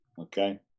okay